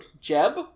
Jeb